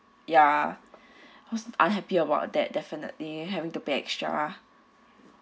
ya I was unhappy about that definitely having to pay extra